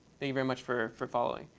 you very much for for following.